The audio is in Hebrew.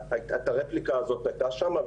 הרפליקה הזאת הייתה שם,